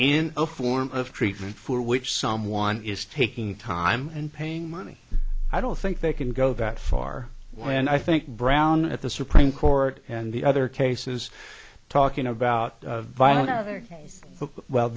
a form of treatment for which someone is taking time and paying money i don't think they can go that far when i think brown at the supreme court and the other cases talking about violence